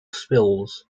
spills